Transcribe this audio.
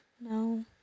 No